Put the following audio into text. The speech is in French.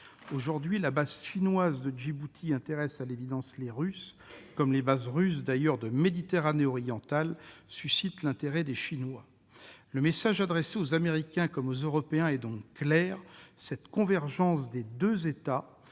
Aujourd'hui, la base chinoise de Djibouti intéresse à l'évidence les Russes, comme, d'ailleurs, les bases russes de Méditerranée orientale suscitent l'intérêt des Chinois. Le message adressé aux Américains comme aux Européens est clair. Cette convergence de deux États